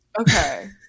okay